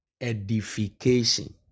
edification